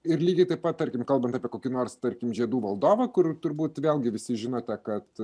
ir lygiai taip pat tarkim kalbant apie kokį nors tarkim žiedų valdovą kur turbūt vėlgi visi žinote kad